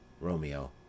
Romeo